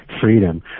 freedom